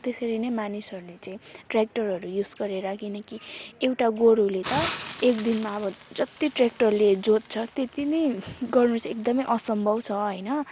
त्यसरी नै मानिसहरूले चाहिँ ट्रेक्टरहरू युज गरेर किनकि एउटा गोरुले त एकदिनमा अब जति ट्रेक्टरले जोत्छ त्यति नै गर्नु चाहिँ एकदमै असम्भव छ होइन